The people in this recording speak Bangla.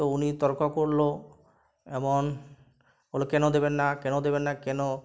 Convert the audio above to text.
তো উনি তর্ক করলো এমন বললো কেন দেবেন না কেন দেবেন না কেন